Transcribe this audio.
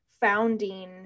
founding